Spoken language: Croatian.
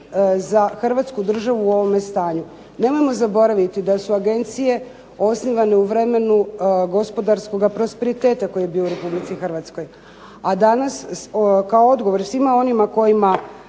za hrvatsku državu u ovome stanju. Nemojmo zaboraviti da su agencije osnivane u vremenu gospodarskoga prosperiteta koji je bio u Republici Hrvatskoj, a danas kao odgovor svima onima kojima,